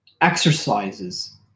exercises